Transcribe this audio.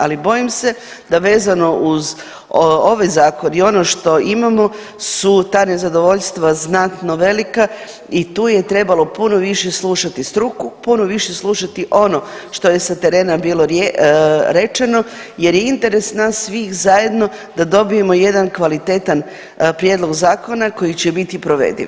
Ali bojim se da vezano uz ovaj zakon i ono što imamo su ta nezadovoljstva znatno velika i tu je trebalo puno više slušati struku, puno više slušati ono što je sa terena bilo rečeno jer je interes nas svih zajedno da dobijemo jedan kvalitetan prijedlog zakona koji će biti provediv.